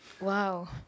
Wow